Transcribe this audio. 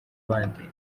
bandi